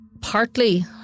partly